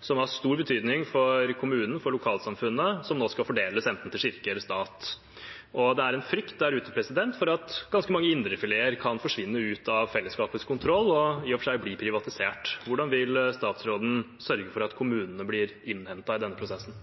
som har stor betydning for kommunen, for lokalsamfunnet, og som nå skal fordeles enten til Kirke eller til stat. Det er en frykt der ute for at ganske mange indrefileter kan forsvinne ut av fellesskapets kontroll og i og for seg bli privatisert. Hvordan vil statsråden sørge for at kommunene blir hentet inn i denne prosessen?